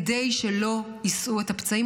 כדי שלא יישאו את הפצעים,